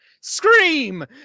Scream